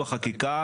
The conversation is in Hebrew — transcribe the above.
בחקיקה,